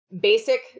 basic